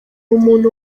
umuntu